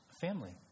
family